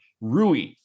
Rui